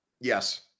Yes